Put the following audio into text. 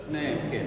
כן,